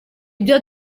byo